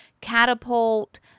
catapult